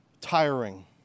tiring